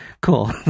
cool